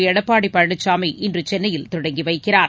எடப்பாடி பழனிசாமி இன்று சென்னையில் தொடங்கி வைக்கிறார்